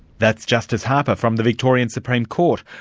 that's justice harper, form the victorian supreme court,